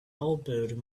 elbowed